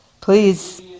please